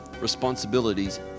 responsibilities